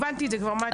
מטי, כבר הבנתי את זה.